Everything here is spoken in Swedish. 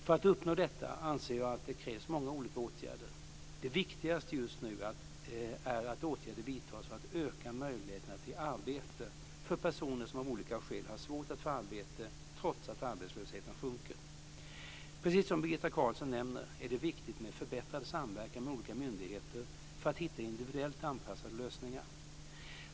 För att uppnå detta anser jag att det krävs många olika åtgärder. Det viktigaste just nu är att åtgärder vidtas för att öka möjligheterna till arbete för personer som av olika skäl har svårt att få arbete trots att arbetslösheten sjunker. Precis som Birgitta Carlsson nämner är det viktigt med förbättrad samverkan mellan olika myndigheter för att hitta individuellt anpassade lösningar.